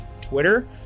Twitter